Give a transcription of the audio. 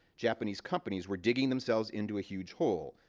japanese companies were digging themselves into a huge hole,